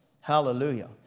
Hallelujah